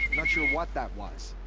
not sure what that was.